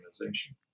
organization